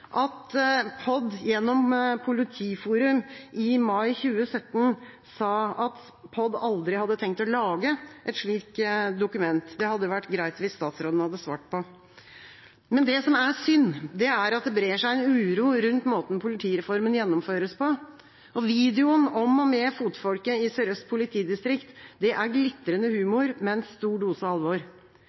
at POD gjennom Politiforum i mai 2017 sa at de aldri hadde tenkt å lage et slikt dokument? Det hadde vært greit om statsråden hadde svart på det. Det som er synd, er at det brer seg en uro rundt måten politireformen gjennomføres på. Videoen om og med fotfolket i Sør-Øst politidistrikt er glitrende humor med en stor dose alvor.